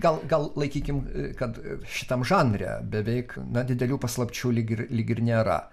gal gal laikykim kad šitam žanre beveik na didelių paslapčių lyg ir lyg ir nėra